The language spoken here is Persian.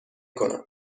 کنم